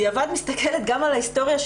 להתייחס יותר לכאב, אין ויכוח בנושא הזה.